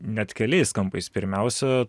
net keliais kampais pirmiausia